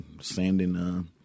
sanding